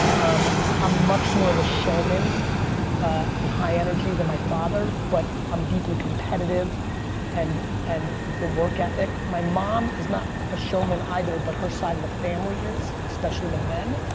i'm ah much more of a showman and high-energy than my father, but i'm deeply competitive and in and the work ethic. my mom is not a showman either but her side of the family is, especially the men.